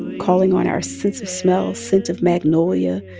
calling on our sense of smell, scent of magnolia,